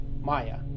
Maya